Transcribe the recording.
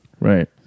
Right